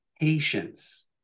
patience